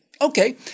Okay